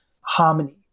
harmony